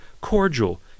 cordial